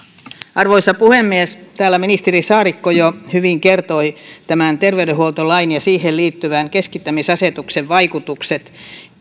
arvoisa puhemies täällä ministeri saarikko jo hyvin kertoi tämän terveydenhuoltolain ja siihen liittyvän keskittämisasetuksen vaikutukset